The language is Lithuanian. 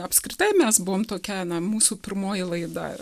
apskritai mes buvom tokia na mūsų pirmoji laida